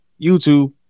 YouTube